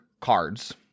cards